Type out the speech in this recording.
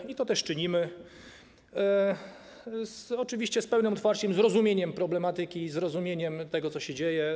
I to też czynimy, oczywiście z pełnym otwarciem i zrozumieniem problematyki, zrozumieniem tego, co się dzieje.